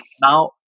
Now